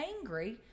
angry—